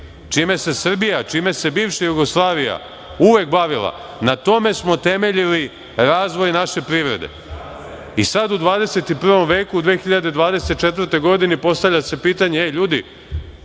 čime se Srbija, čime se bivša Jugoslavija uvek bavila. Na tome smo temeljili razvoj naše privrede. Sad, u 21. veku, u 2024. godini postavlja se pitanje - e, ljudi,